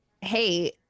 hey